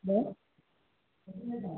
hello